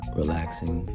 relaxing